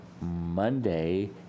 Monday